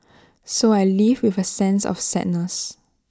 so I leave with A sense of sadness